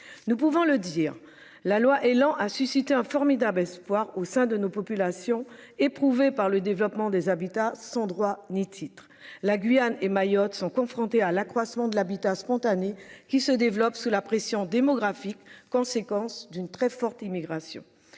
Nous pouvons le dire la loi Elan a suscité un formidable espoir au sein de nos populations éprouvées par le développement des habitats sans droit ni titre, la Guyane et Mayotte sont confrontés à l'accroissement de l'habitat spontané qui se développe sous la pression démographique, conséquence d'une très forte immigration